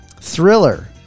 Thriller